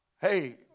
hey